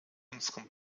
unseren